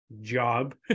job